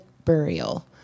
burial